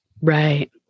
Right